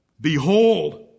Behold